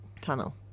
tunnel